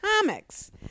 comics